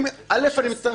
אסיים, אני רוצה להסביר